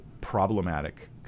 problematic